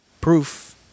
proof